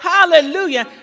Hallelujah